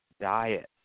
diet